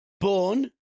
Born